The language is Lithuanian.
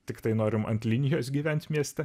tiktai norim ant linijos gyvent mieste